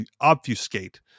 obfuscate